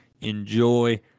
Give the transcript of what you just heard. enjoy